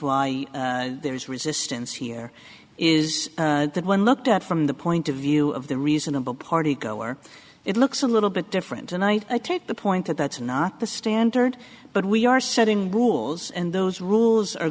why there is resistance here is that when looked at from the point of view of the reasonable party goer it looks a little bit different tonight i take the point that that's not the standard but we are setting rules and those rules are